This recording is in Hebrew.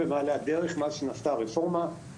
מאז שנעשתה הרפורמה הסכום במעלה הדרך,